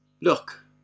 Look